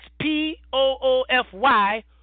P-O-O-F-Y